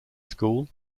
school